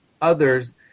others